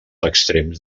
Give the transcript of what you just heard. extrems